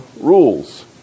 rules